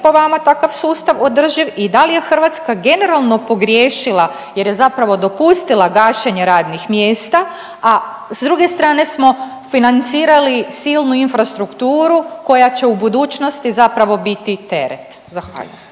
po vama takav sustav održiv i da li je Hrvatska generalno pogriješila jer je zapravo dopustila gašenje radnih mjesta, a s druge strane smo financirali silnu infrastrukturu koja će u budućnosti zapravo biti teret. Zahvaljujem.